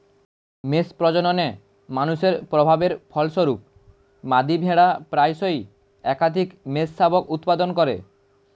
মেষ প্রজননে মানুষের প্রভাবের ফলস্বরূপ, মাদী ভেড়া প্রায়শই একাধিক মেষশাবক উৎপাদন করে